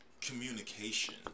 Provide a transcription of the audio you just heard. communication